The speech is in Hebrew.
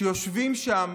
שיושבים שם